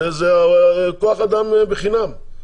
זה כוח אדם בחינם.